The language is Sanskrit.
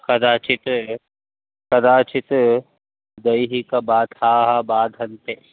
कदाचित् कदाचित् दैहिकबाधाः बाधन्ते